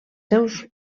seus